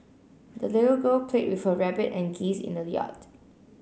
the little girl played with her rabbit and geese in the yard